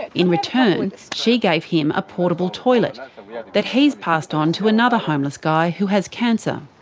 in return she gave him a portable toilet that he's passed on to another homeless guy who has cancer.